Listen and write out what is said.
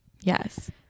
yes